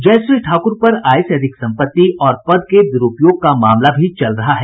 जयश्री ठाकुर पर आय से अधिक सम्पत्ति और पद के द्रूपयोग का मामला भी चल रहा है